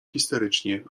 histerycznie